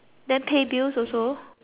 so